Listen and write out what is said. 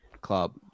club